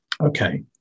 okay